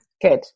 good